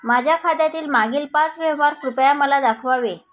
माझ्या खात्यातील मागील पाच व्यवहार कृपया मला दाखवावे